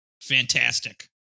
Fantastic